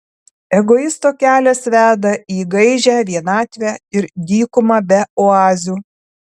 egoisto kelias veda į gaižią vienatvę ir dykumą be oazių